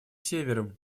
севером